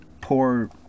poor